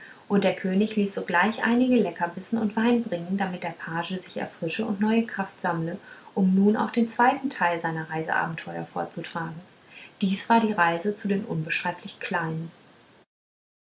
und der könig ließ sogleich einige leckerbissen und wein bringen damit der page sich erfrische und neue kraft sammle um nun auch den zweiten teil seiner reiseabenteuer vorzutragen dies war die reise zu den unbeschreiblich kleinen